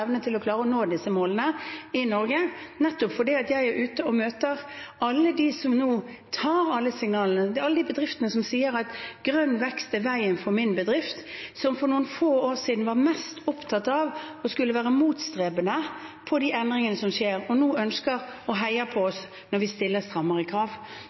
til å klare å nå disse målene i Norge, nettopp fordi jeg er ute og møter alle dem som nå tar alle signalene, alle de bedriftene som sier at grønn vekst er veien for min bedrift, som for noen få år siden var mest opptatt av å skulle være motstrebende mot de endringene som skjer, og som nå ønsker det og heier på oss når vi stiller strammere krav.